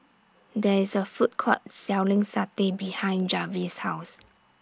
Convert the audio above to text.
There IS A Food Court Selling Satay behind Jarvis' House